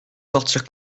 sortir